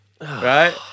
Right